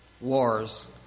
wars